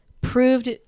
proved